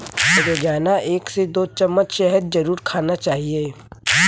रोजाना एक से दो चम्मच शहद जरुर खाना चाहिए